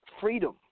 freedom